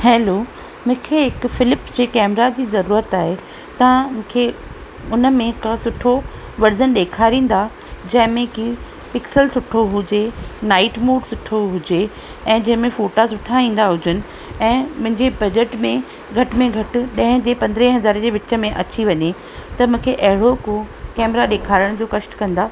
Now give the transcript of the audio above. hello मूंखे हिक फ़्लिप्स कैमरा जी ज़रूरत आहे तव्हां मूंखे उनमें का सुठो वर्जन ॾेखारींदा जंहिं में कि पिक्सल सुठो हुजे नाइट मोड सुठो हुजे ऐं जें में फ़ोटा सुठा ईंदा हुजनि ऐं मुंहिंजे बजट में घटि में घटि ॾह जे पंद्रहें हज़ारे जे विच में अची वञे त मूंखे अहिड़ो को कैमरो ॾेखारण जा कष्ट कंदा